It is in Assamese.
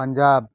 পঞ্জাৱ